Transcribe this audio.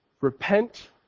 Repent